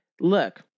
look